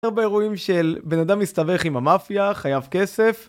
הרבה אירועים של בן אדם מסתבך עם המאפיה, חייב כסף